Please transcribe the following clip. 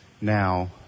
Now